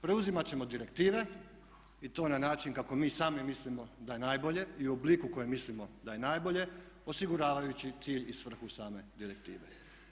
Preuzimat ćemo direktive i to na način kako mi sami mislimo da je najbolje i u obliku u kojem mislimo da je najbolje osiguravajući cilj i svrhu same direktive.